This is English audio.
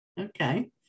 Okay